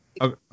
Okay